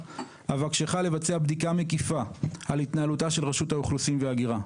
אבקשך לבצע בדיקה מקיפה על התנהלותה של רשות האוכלוסין וההגירה.